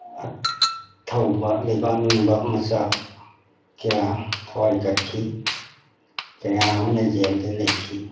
ꯑꯊꯧꯕ ꯂꯩꯕꯥꯛ ꯅꯤꯡꯕ ꯃꯆꯥ ꯀꯌꯥ ꯊꯋꯥꯏ ꯀꯠꯈꯤ ꯀꯌꯥ ꯑꯃꯅ ꯖꯦꯜꯗ ꯂꯩꯈꯤ